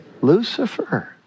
Lucifer